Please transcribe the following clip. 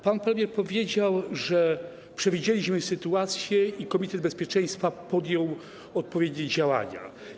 Pan premier powiedział, że przewidziano sytuację i komitet bezpieczeństwa podjął odpowiednie działania.